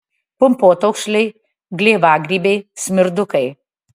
pumpotaukšliai gleiviagrybiai smirdukai